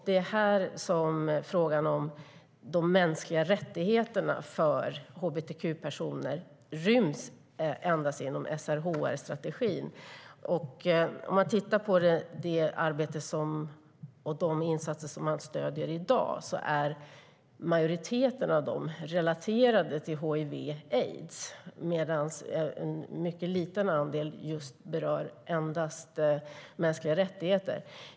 Det är här som frågan om de mänskliga rättigheterna för hbtq-personer ryms endast genom SRHR-strategin. Om man tittar på det arbete och de insatser som man stöder i dag är majoriteten av dem relaterade till hiv/aids, medan endast en mycket liten andel berör mänskliga rättigheter.